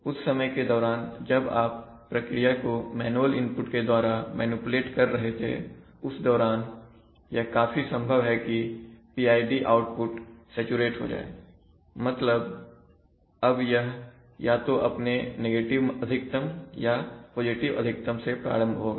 उस समय के दौरान जब आप प्रक्रिया को मैनुअल इनपुट के द्वारा मैनिपुलेट कर रहे थे उस दौरान यह काफी संभव है कि PID आउटपुट सैचुरेट हो गया हो मतलब अब यह या तो अपने नेगेटिव अधिकतम या पॉजिटिव अधिकतम से प्रारंभ होगा